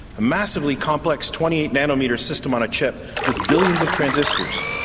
a massively complex twenty eight nanometre system on a chip with billions of transistors,